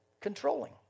Controlling